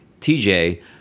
TJ-